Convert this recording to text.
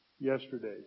yesterday